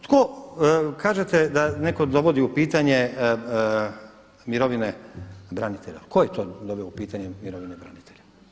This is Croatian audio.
Tko, kažete da netko dovodi u pitanje mirovine branitelja, tko je to doveo u pitanje mirovine branitelja.